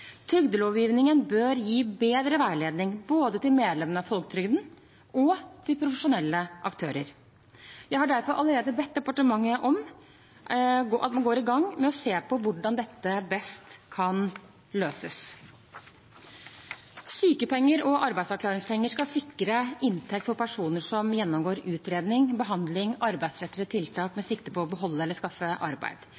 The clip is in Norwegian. Trygdelovgivningen bør gi bedre veiledning, både til medlemmene av folketrygden og til profesjonelle aktører. Jeg har derfor allerede bedt om at departementet går i gang med å se på hvordan dette best kan løses. Sykepenger og arbeidsavklaringspenger skal sikre inntekt for personer som gjennomgår utredning, behandling og arbeidsrettede tiltak med